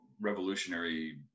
revolutionary